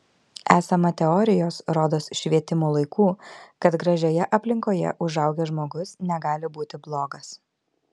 esama teorijos rodos švietimo laikų kad gražioje aplinkoje užaugęs žmogus negali būti blogas